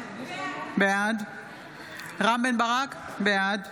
בעד רם בן ברק, בעד